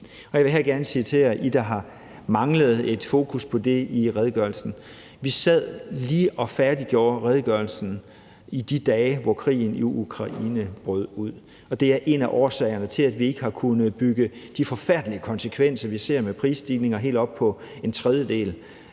Jeg vil her gerne citere jer, der har savnet et fokus på det i redegørelsen: Vi sad lige og færdiggjorde redegørelsen i de dage, hvor krigen i Ukraine brød ud. Det er en af årsagerne til, at vi ikke har kunnet forholde os til de forfærdelige konsekvenser, vi ser med prisstigninger på helt op til